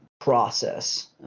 process